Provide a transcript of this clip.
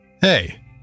Hey